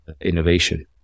innovation